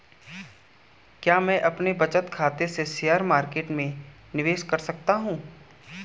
क्या मैं अपने बचत खाते से शेयर मार्केट में निवेश कर सकता हूँ?